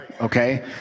Okay